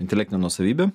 intelektinę nuosavybę